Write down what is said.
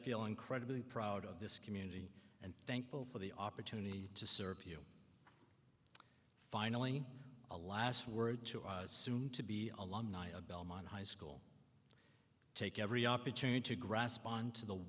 feel incredibly proud of this community and thankful for the opportunity to serve you finally a last word to a soon to be a long night of belmont high school take every opportunity to grasp on to the